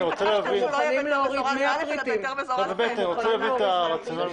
אני רוצה להבין את הרציונל.